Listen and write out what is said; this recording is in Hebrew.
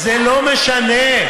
היית צריך לשאול אותי.